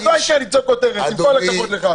אז לא --- לצעוק כותרת, עם כל הכבוד לך.